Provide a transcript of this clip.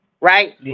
right